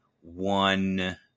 One